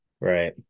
right